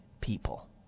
people